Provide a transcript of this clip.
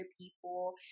people